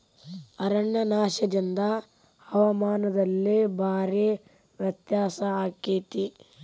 ಅರಣ್ಯನಾಶದಿಂದ ಹವಾಮಾನದಲ್ಲಿ ಭಾರೇ ವ್ಯತ್ಯಾಸ ಅಕೈತಿ